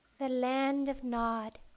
the land of nod